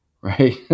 Right